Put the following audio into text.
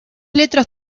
letras